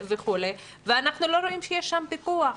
אבל אנחנו לא רואים שי שם פיקוח.